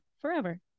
forever